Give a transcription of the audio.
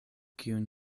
kiun